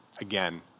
again